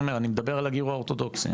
אני מדבר על הגיור האורתודוקסי.